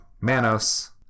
manos